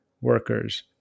workers